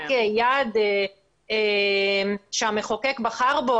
יעד שהמחוקק בחר בו,